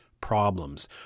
problems